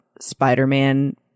Spider-Man